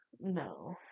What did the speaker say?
No